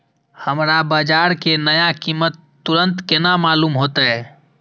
हमरा बाजार के नया कीमत तुरंत केना मालूम होते?